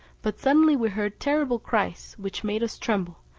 but suddenly we heard terrible cries, which made us tremble,